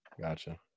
Gotcha